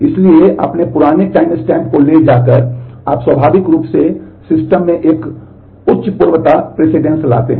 इसलिए अपने पुराने टाइमस्टैम्प को ले जाकर आप स्वाभाविक रूप से सिस्टम में एक उच्च पूर्वता लाते हैं